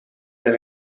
than